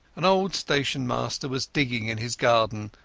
an old station-master was digging in his garden,